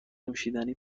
نوشیدنی